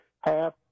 half